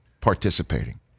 participating